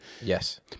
Yes